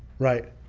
right.